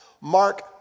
Mark